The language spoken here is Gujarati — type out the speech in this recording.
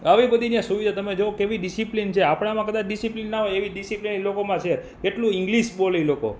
આવી બધી ત્યાં સુવિધા તમે જુઓ કેવી ડિસિપ્લિન છે આપણામાં કદાચ ડિસિપ્લિન ના હોય એવી ડિસિપ્લિન એ લોકોમાં છે એટલું ઇંગ્લિશ બોલે એ લોકો